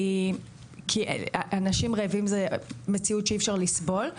כי אנשים רעבים זו מציאות שאי אפשר לסבול.